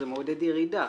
זה מעודד ירידה.